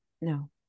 No